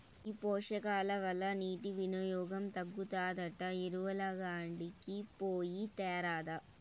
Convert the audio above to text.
ఈ పోషకాల వల్ల నీటి వినియోగం తగ్గుతాదంట ఎరువులంగడికి పోయి తేరాదా